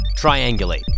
triangulate